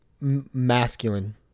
masculine